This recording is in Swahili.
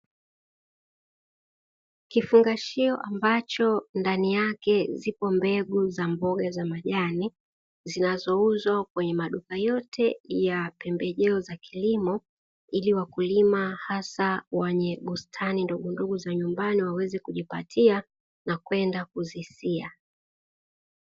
Kifungashio ambacho ndani yake zipo mbegu za mboga za majani, zinazouzwa kwenye maduka yote ya pembejeo za kilimo, ili wakulima hasa wenye bustani ndogondogo za nyumbani waweze kujipatia na kwenda kuzisia.